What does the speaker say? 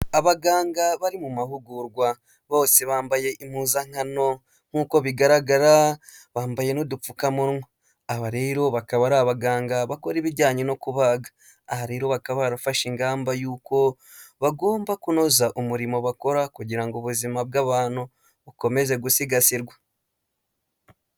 Abaganga bari mu mahugurwa bose bambaye impuzankano nk'uko bigaragara, bambaye n'udupfukamunwa, aba rero bakaba ari abaganga bakora ibijyanye no kubaga, aha rero bakaba barafashe ingamba y'uko bagomba kunoza umurimo bakora kugira ngo ubuzima bw'abantu bukomeze gusigasirwa.